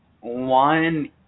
one